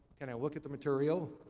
can i look at the material?